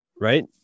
right